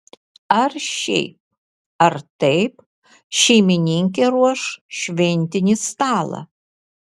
ar šiaip ar taip šeimininkė ruoš šventinį stalą